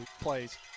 plays